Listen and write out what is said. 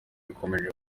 bikomeje